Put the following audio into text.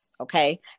Okay